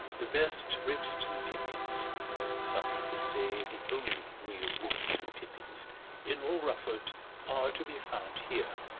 the best ribston pippins some people say the only real ribston pippins in all rufford are to be found here,